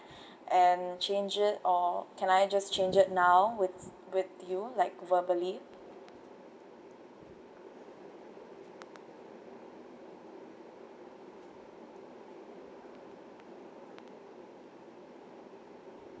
and change it or can I just change it now with with you like verbally